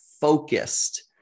focused